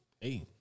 Hey